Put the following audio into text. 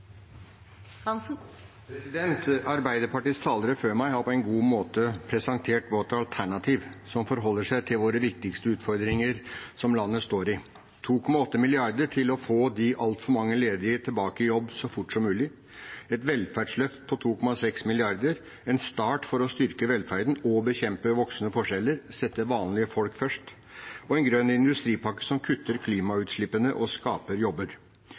Arbeiderpartiets talere før meg har på en god måte presentert vårt alternativ, som forholder seg til våre viktigste utfordringer som landet står i: 2,8 mrd. kr til å få de altfor mange ledige tilbake i jobb så fort som mulig, et velferdsløft på 2,6 mrd. kr, en start for å styrke velferden og bekjempe voksende forskjeller, sette vanlige folk først og en grønn industripakke som kutter klimautslippene og skaper jobber.